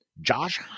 Josh